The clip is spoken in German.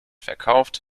verkauft